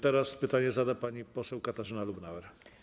Teraz pytanie zada pani poseł Katarzyna Lubnauer.